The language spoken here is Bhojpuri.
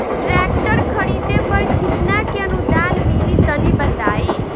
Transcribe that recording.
ट्रैक्टर खरीदे पर कितना के अनुदान मिली तनि बताई?